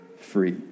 free